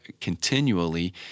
continually